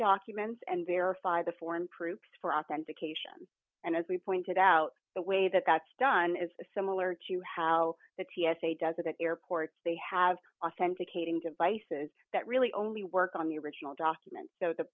humans and verify the foreign proofs for authentication and as we pointed out the way that that's done is similar to how the t s a does it at airports they have authenticating devices that really only work on the original documents so the